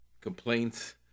complaints